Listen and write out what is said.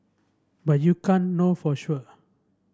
but you can't know for sure